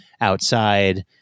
outside